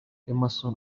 emmerson